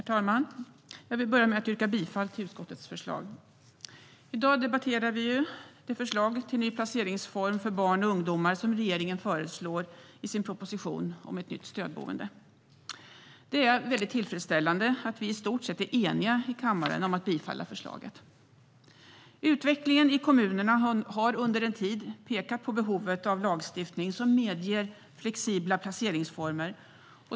Herr talman! Jag vill börja med att yrka bifall till utskottets förslag. I dag debatterar vi det förslag till ny placeringsform för barn och ungdomar som regeringen föreslår i sin proposition om ett nytt stödboende. Det är väldigt tillfredsställande att vi i stort sett är eniga i kammaren om att bifalla förslaget. Utvecklingen i kommunerna har under en tid pekat på behovet av lagstiftning som medger flexibla placeringsformer.